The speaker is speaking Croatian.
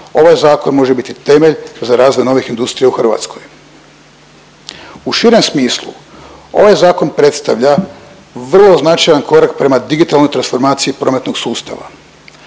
Ovaj zakon može biti temelj za razvoj novih industrija u Hrvatskoj. U širem smislu, ovaj zakon predstavlja vrlo značaj korak prema digitalnoj transformaciji prometnog sustava.